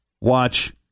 Watch